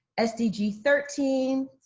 sdg thirteen,